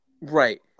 Right